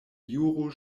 juro